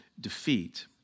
defeat